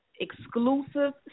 exclusive